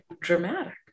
dramatic